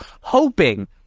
hoping